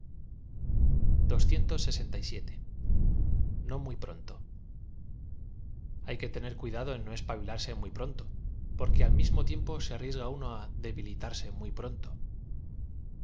o muy pronto h ay que tener cuidado en no espabilarse muy pron to porque al mismo tiempo se arriesga uno á debíli iarse muy pronto